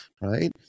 right